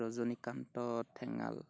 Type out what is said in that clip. Rajanikanta Thengal